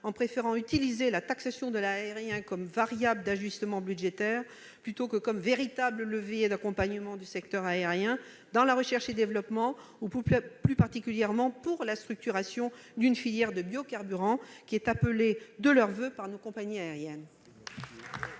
en préférant utiliser la taxation de l'aérien comme une variable d'ajustement budgétaire plutôt que comme un véritable levier d'accompagnement du secteur, dans la recherche et développement et, plus particulièrement, pour la structuration d'une filière de bio-carburant, comme nos compagnies aériennes